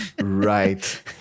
Right